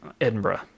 Edinburgh